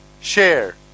share